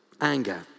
Anger